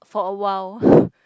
for a while